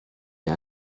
est